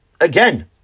again